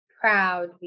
proud